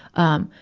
ah,